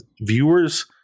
viewers